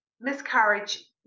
miscarriage